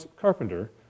carpenter